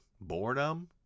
boredom